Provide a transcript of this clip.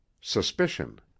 Suspicion